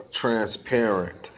transparent